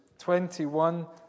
21